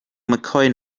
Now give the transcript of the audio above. mccoy